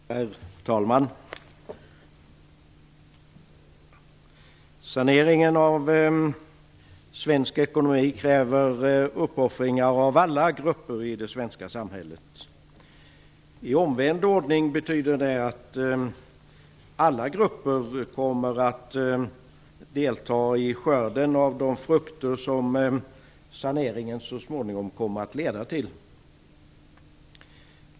Herr talman! Saneringen av den svenska ekonomin kräver uppoffringar av alla grupper i det svenska samhället. Det betyder å andra sidan att alla grupper kommer att delta i skörden av de frukter som saneringen så småningom kommer att leda till.